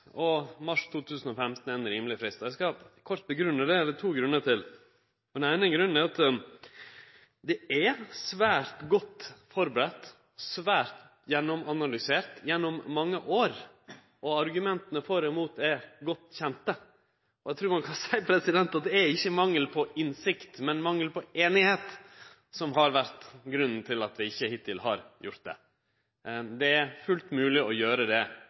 og mars 2015 er ein rimeleg frist. Eg skal kort grunngje det – det er to grunnar. Den eine grunnen er at dette er svært godt forberedt, svært gjennomanalysert gjennom mange år. Argumenta for og imot er godt kjende, og eg trur ein kan seie at det er ikkje mangel på innsikt, men mangel på einigheit som har vore grunnen til at vi ikkje har ratifisert hittil. Det er fullt mogleg å gjere det